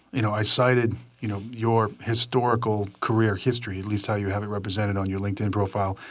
you know i cited you know your historical career, history. at least how you have it represented on your linkedin profile,